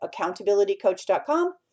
accountabilitycoach.com